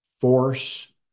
force